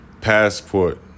passport